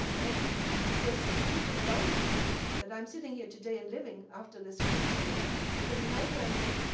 and it was due to feynman that i'm sitting here today and living after this cancer that i had. because in my family,